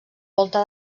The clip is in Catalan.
volta